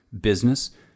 business